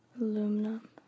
aluminum